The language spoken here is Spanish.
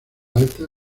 alta